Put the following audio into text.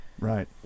Right